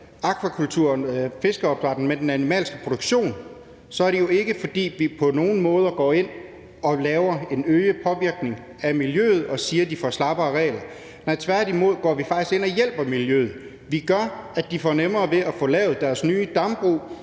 med den animalske produktion, er det jo ikke, fordi vi på nogen måde går ind og laver en øget påvirkning af miljøet og siger, at der bliver slappere regler. Nej, tværtimod går vi faktisk ind og hjælper miljøet. Vi gør det nemmere for dem at få lavet deres nye dambrug